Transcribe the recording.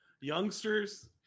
Youngsters